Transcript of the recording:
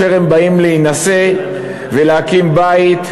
כאשר הם באים להינשא ולהקים בית,